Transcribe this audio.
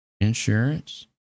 insurance